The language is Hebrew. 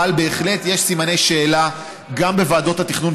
אבל בהחלט יש סימני שאלה גם בוועדות התכנון